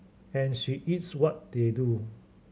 and she eats what they do